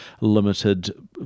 limited